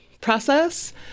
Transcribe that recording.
process